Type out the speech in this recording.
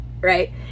right